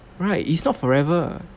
right it's not forever